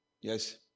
yes